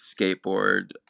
skateboard